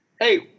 Hey